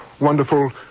wonderful